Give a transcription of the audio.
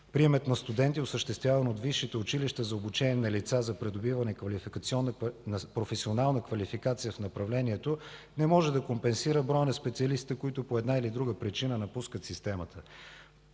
Приемът на студенти, осъществяван от висшите училища за обучение на лица за придобиване на професионална квалификация в направлението, не може да компенсира броя на специалистите, които по една или друга причина напускат системата.